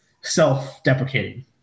self-deprecating